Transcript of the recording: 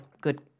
good